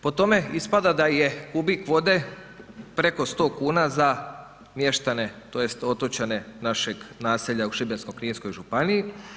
Po tome ispada da je kubik vode preko 100 kuna za mještane, tj. otočane našeg naselja u Šibensko-kninskoj županiji.